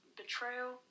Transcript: betrayal